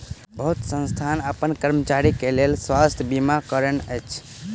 बहुत संस्थान अपन कर्मचारी के लेल स्वास्थ बीमा करौने अछि